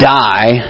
die